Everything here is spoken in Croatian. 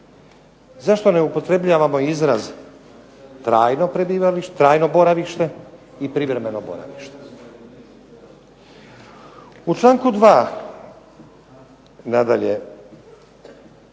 trajno prebivalište, trajno boravište i privremeno boravište. U članku 2. nadalje